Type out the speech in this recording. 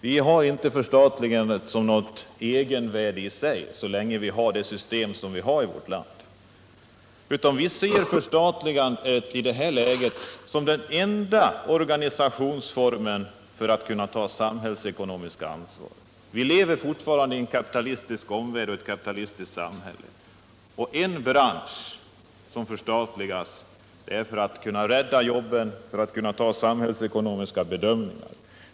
Vi ser inte förstatligande som ett egenvärde så länge vi har det nuvarande ekonomiska systemet i vårt land, utan vi ser i det här läget förstatligande som den enda organisationsform som möjliggör att det tas samhällsekonomiskt ansvar. Vi lever fortfarande i en kapitalistisk omvärld och ett kapitalistiskt samhälle. Om en bransch skall förstatligas, så är det för att kunna rädda jobben och för att man skall kunna göra samhällsekonomiska bedömningar.